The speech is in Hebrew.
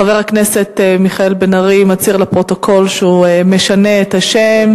חבר הכנסת מיכאל בן-ארי מצהיר לפרוטוקול שהוא משנה את השם,